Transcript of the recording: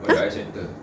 !huh!